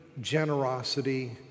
generosity